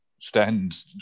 stand